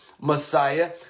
Messiah